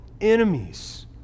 Enemies